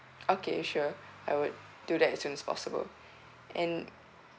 okay sure I would do that as soon as possible and